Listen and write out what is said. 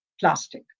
plastic